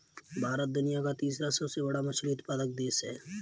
भारत दुनिया का तीसरा सबसे बड़ा मछली उत्पादक देश है